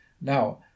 Now